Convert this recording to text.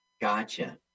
gotcha